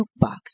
jukebox